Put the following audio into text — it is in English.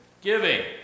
Giving